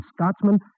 Scotsman